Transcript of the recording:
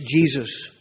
Jesus